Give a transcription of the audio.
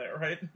right